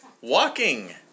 walking